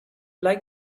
like